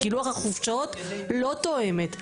כי לוח החופשות לא תואמת,